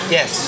Yes